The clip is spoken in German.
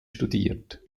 studiert